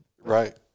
Right